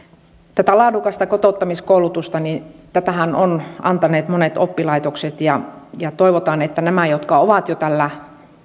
tätä laadukasta kotouttamiskoulutustahan ovat antaneet monet oppilaitokset ja ja toivotaan että näiden jotka ovat jo tällä